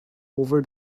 over